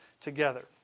together